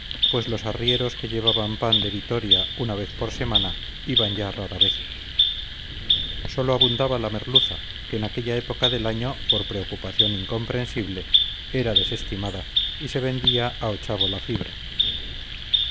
pues los arrieros que llevaban pan de vitoria una vez por semana iban ya rara vez sólo abundaba la merluza que en aquella época del año por preocupación incomprensible era desestimada y se vendía a ochavo la fibra